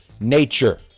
nature